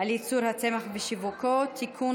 על ייצור הצמח ושיווקו (תיקון,